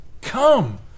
Come